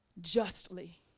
justly